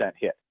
hit